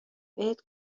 بهت